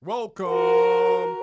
Welcome